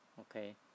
Okay